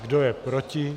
Kdo je proti?